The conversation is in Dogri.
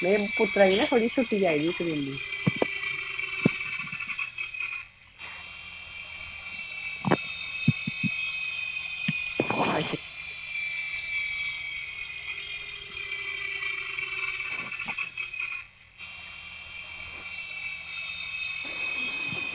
अ थोह्ड़ी छुट्टी आई दी इक्क दिन दी